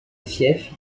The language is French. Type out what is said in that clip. fief